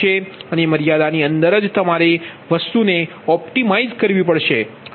અને મર્યાદાની અંદર જ તમારે વસ્તુને ઓપ્ટિમાઇઝ કરવી પડશે